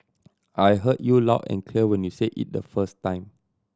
I heard you loud and clear when you said it the first time